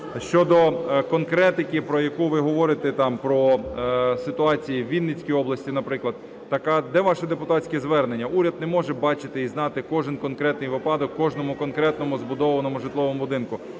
Щодо конкретики, про яку ви говорите, там про ситуацію в Вінницькій області, наприклад. Так а де ваше депутатське звернення? Уряд не може бачити і знати кожен конкретний випадок в кожному конкретному збудованому житловому будинку.